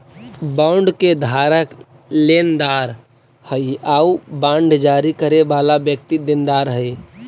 bond के धारक लेनदार हइ आउ बांड जारी करे वाला व्यक्ति देनदार हइ